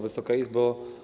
Wysoka Izbo!